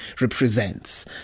represents